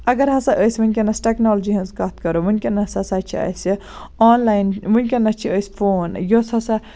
اَگر ہسا أسۍ ؤنکیٚنس ٹیکنالجی ہنٛز کَتھ کرو ؤنکیٚنس ہسا چھِ اَسہِ آن لایَن ؤنکیٚنس چھِ أسۍ فون یۄس ہسا